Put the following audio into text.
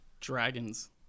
Dragons